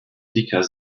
because